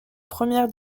première